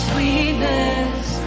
Sweetness